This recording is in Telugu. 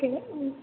ఓకే